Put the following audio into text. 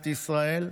מדינת ישראל?